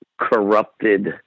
corrupted